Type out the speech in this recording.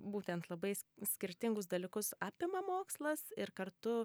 būtent labai s skirtingus dalykus apima mokslas ir kartu